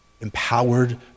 empowered